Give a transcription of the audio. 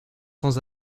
sans